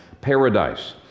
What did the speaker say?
paradise